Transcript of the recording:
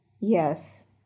yes